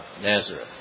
Nazareth